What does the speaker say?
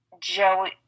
Joey